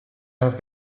have